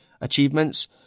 achievements